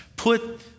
put